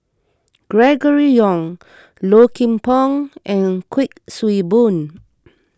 Gregory Yong Low Kim Pong and Kuik Swee Boon